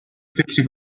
فکری